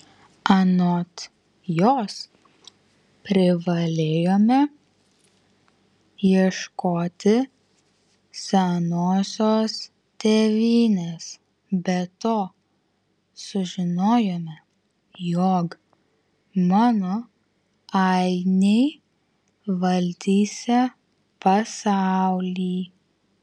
anot jos privalėjome ieškoti senosios tėvynės be to sužinojome jog mano ainiai valdysią pasaulį